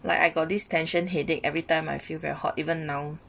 like I got this tension headache everytime I feel very hot even now